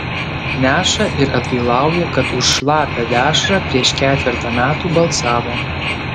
neša ir atgailauja kad už šlapią dešrą prieš ketvertą metų balsavo